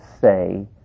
say